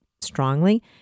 strongly